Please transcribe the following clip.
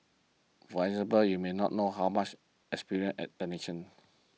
for example you may not know how much experienced at technicians